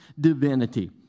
divinity